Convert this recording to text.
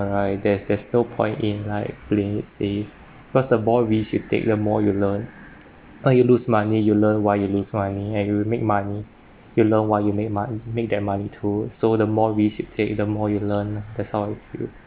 alright there there's no point in like playing it safe cause the more risk you take the more you learn now you lose money you learn why you lose money and you'll make money you learn why you make mon~ make that money too so the more risk you take the more you learn lah that's how I feel